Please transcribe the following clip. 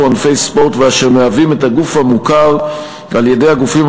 או ענפי ספורט ואשר מהווים את הגוף המוכר על-ידי הגופים